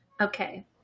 okay